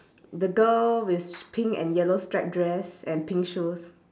the girl with pink and yellow stripe dress and pink shoes